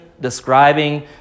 describing